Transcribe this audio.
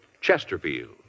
Chesterfield